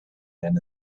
than